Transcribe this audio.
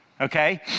okay